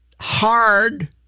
hard